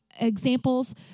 examples